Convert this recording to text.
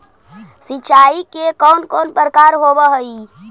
सिंचाई के कौन कौन प्रकार होव हइ?